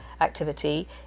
activity